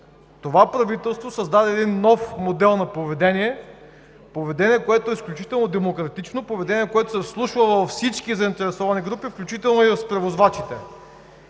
това правителство създаде един нов модел на поведение, което е изключително демократично, което се вслушва във всички заинтересовани групи, включително и от превозвачите.